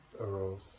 arose